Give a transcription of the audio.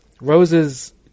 roses –